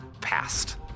past